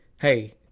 hey